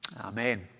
Amen